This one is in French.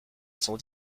sont